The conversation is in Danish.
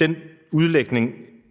den udlægning